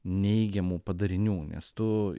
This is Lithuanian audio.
neigiamų padarinių nes tu